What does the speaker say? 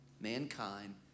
mankind